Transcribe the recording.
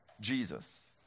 Jesus